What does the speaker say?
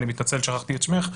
אני מתנצל ששכחתי את שמך,